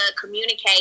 communicate